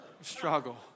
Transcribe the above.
struggle